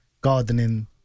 gardening